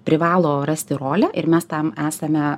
privalo rasti rolę ir mes tam esame